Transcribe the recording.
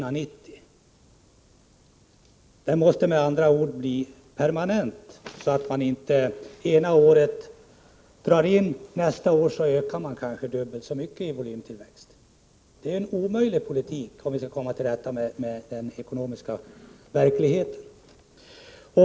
Indragningen av medel måste med andra ord bli permanent, så att man inte det ena året drar in och nästa år kanske ökar till det dubbla i volymtillväxt. Det är en omöjlig politik, om vi vill komma till rätta med den ekonomiska verkligheten.